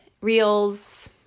reels